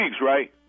right